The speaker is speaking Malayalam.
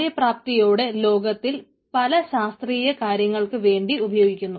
കാര്യപ്രാപ്തിയോടെ ലോകത്തിൽ പല ശാസ്ത്രീയ കാര്യങ്ങൾക്ക് വേണ്ടി ഉപയോഗിക്കുന്നു